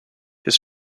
his